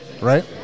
right